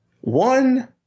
One